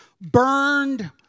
burned